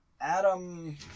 Adam